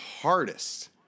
hardest